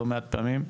לא מעט פעמים,